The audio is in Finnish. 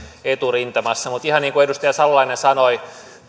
eturintamassa mutta ihan niin kuin edustaja salolainen sanoi